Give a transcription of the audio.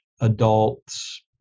adults